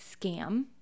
scam